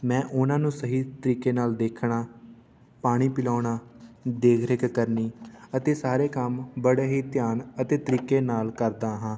ਮੈਂ ਉਹਨਾਂ ਨੂੰ ਸਹੀ ਤਰੀਕੇ ਨਾਲ ਦੇਖਣਾ ਪਾਣੀ ਪਿਲਾਉਣਾ ਦੇਖ ਰੇਖ ਕਰਨੀ ਅਤੇ ਸਾਰੇ ਕੰਮ ਬੜੇ ਹੀ ਧਿਆਨ ਅਤੇ ਤਰੀਕੇ ਨਾਲ ਕਰਦਾ ਹਾਂ